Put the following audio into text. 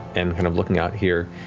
and kind of looking out here,